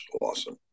awesome